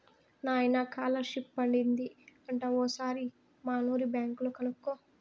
నాయనా కాలర్షిప్ పడింది అంట ఓసారి మనూరి బ్యాంక్ లో కనుకో